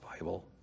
Bible